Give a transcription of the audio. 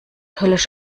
höllisch